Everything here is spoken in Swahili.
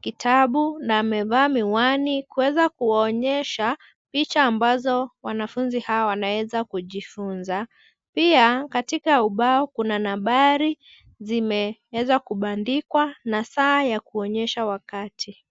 kitabu na amevaa miwani, kuweza kuwaonyesha picha ambazo, wanafunzi hawa wanaweza kujifunza. Pia katika ubao kuna nambari zimeweza kubandikwa na saa ya kuonyesha wakati.